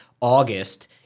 August